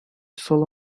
solo